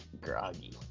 groggy